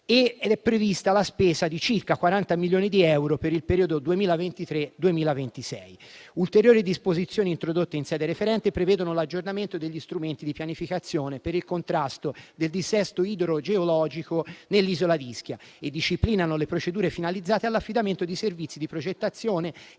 ed è prevista la spesa di circa 40 milioni di euro per il periodo 2023-2026. Ulteriori disposizioni introdotte in sede referente prevedono l'aggiornamento degli strumenti di pianificazione per il contrasto del dissesto idrogeologico nell'isola di Ischia e disciplinano le procedure finalizzate all'affidamento dei servizi di progettazione ed